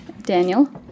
Daniel